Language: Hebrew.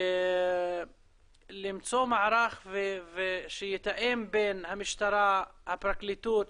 למצוא מערך שיתאם בין המשטרה, הפרקליטות,